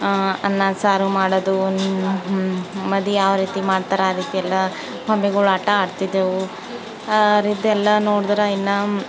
ಅನ್ನ ಸಾರು ಮಾಡೋದು ಮದಿ ಯಾವ ರೀತಿ ಮಾಡ್ತಾರೆ ಆ ರೀತಿ ಎಲ್ಲ ಗೊಂಬೆಗಳ ಆಟ ಆಡ್ತಿದ್ದೆವು ಆ ರೀತಿ ಎಲ್ಲ ನೋಡಿದ್ರೆ ಇನ್ನೂ